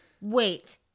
Wait